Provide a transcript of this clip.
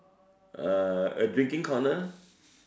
uh a drinking corner